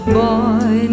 boy